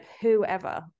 whoever